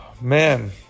Man